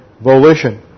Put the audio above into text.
volition